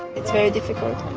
it's very difficult.